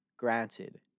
Granted